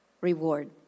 reward